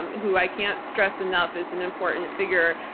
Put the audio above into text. um who i can't stress enough is an important figure,